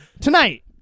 tonight